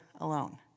alone